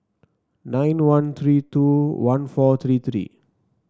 nine one three two one four three three